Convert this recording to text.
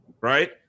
right